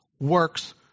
works